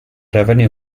revenue